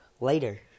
later